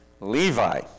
Levi